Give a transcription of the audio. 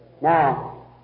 Now